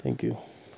thank you